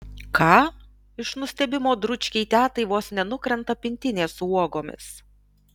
ką iš nustebimo dručkei tetai vos nenukrenta pintinė su uogomis